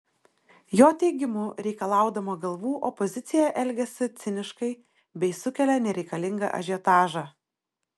jo teigimu reikalaudama galvų opozicija elgiasi ciniškai bei sukelia nereikalingą ažiotažą